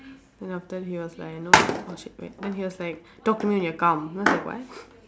then after he was like no oh shit wait then he was like talk to me when you're calm then I was like what